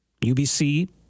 UBC